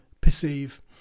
perceive